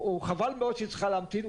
חבל מאוד שהיא צריכה להמתין.